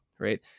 right